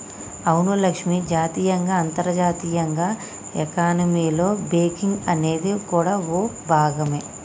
అవును లక్ష్మి జాతీయంగా అంతర్జాతీయంగా ఎకానమీలో బేంకింగ్ అనేది కూడా ఓ భాగమే